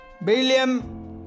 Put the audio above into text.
beryllium